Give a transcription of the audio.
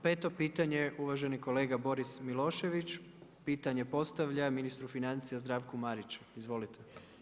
5. pitanje, uvaženi kolega Boris Milošević, pitanje postavlja ministru financija Zdravku Mariću, izvolite.